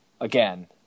again